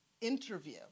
interview